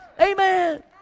Amen